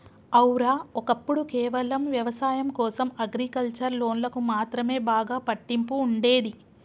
ఔర, ఒక్కప్పుడు కేవలం వ్యవసాయం కోసం అగ్రికల్చర్ లోన్లకు మాత్రమే బాగా పట్టింపు ఉండేది